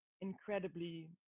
incredibly